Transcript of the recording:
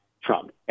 Trump